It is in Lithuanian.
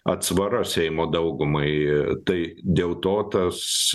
atsvara seimo daugumai tai dėl to tas